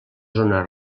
zona